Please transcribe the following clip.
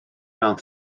mewn